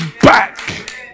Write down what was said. back